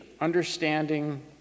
understanding